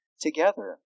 together